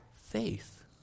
faith